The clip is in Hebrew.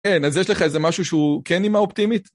כן, אז יש לך איזה משהו שהוא כן נימה אופטימית?